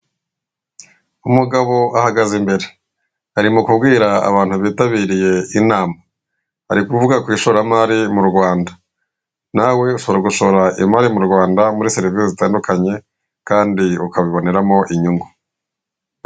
Umugabo ahagaze imbere, ari mu kubwira abantu bitabiriye inama, ari kuvuga ku ishoramari mu Rwanda, nawe ushobora gushora imari mu Rwanda muri serivisi zitandukanye kandi ukabiboneramo inyungu.